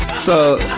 so,